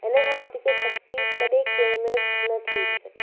इन खां वधीक शक्ति कॾहिं कंहिं में बि न थी हुजी सघे